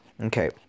Okay